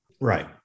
Right